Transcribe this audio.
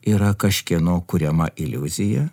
yra kažkieno kuriama iliuzija